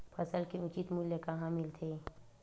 फसल के उचित मूल्य कहां मिलथे?